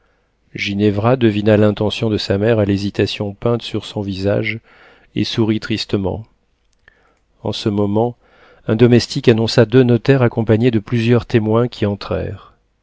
ginevra devina l'intention de sa mère à l'hésitation peinte sur son visage et sourit tristement en ce moment un domestique annonça deux notaires accompagnés de plusieurs témoins qui entrèrent